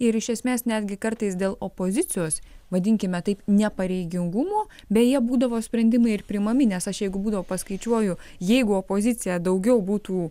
ir iš esmės netgi kartais dėl opozicijos vadinkime taip nepareigingumo beje būdavo sprendimai ir priimami nes aš jeigu būdavo paskaičiuoju jeigu opozicija daugiau būtų